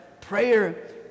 Prayer